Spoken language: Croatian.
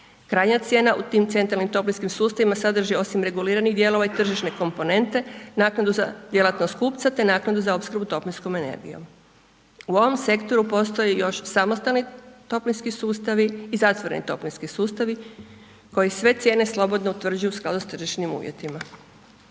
Krajnja cijena u tim centralnim toplinskim sustavima sadrži osim reguliranih dijelova i tržišne komponente, naknadu za djelatnost kupca, te naknadu za opskrbu toplinskom energijom. U ovom sektoru postoji još samostalni toplinski sustavi i zatvoreni toplinski sustavi koji sve cijene slobodno utvrđuju u skladu s tržišnim uvjetima.